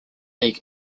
leg